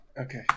Okay